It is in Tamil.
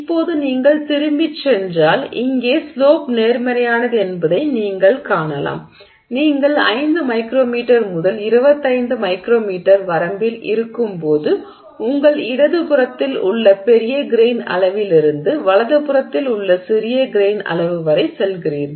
இப்போது நீங்கள் திரும்பிச் சென்றால் இங்கே ஸ்லோப் நேர்மறையானது என்பதை நீங்கள் காணலாம் நீங்கள் 5 மைக்ரோமீட்டர் முதல் 25 மைக்ரோமீட்டர் வரம்பில் இருக்கும்போது உங்கள் இடது புறத்தில் உள்ள பெரிய கிரெய்ன் அளவிலிருந்து வலது புறத்தில் உள்ள சிறிய கிரெய்ன் அளவு வரை செல்கிறீர்கள்